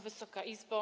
Wysoka Izbo!